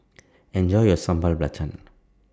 Enjoy your Sambal Belacan